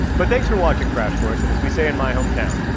but thanks for watching crash course and as we say in my home town,